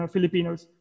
Filipinos